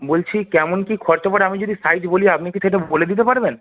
বলছি কেমন কী খরচা পড়ে আমি যদি সাইজ বলি আপনি কি সেটা বলে দিতে পারবেন